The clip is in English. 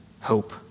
hope